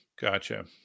Gotcha